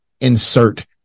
insert